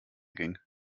ging